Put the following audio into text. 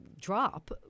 drop